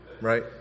right